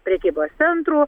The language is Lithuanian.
prekybos centrų